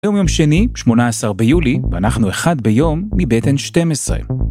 ‫היום יום שני, 18 ביולי, ‫ואנחנו אחד ביום מבית N12.